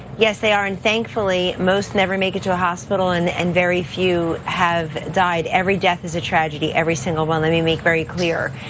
yes, they are and thankfully, most never make it to a hospital and and very few have died. every death is a tragedy, every single one, let me make very clear.